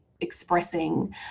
expressing